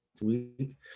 week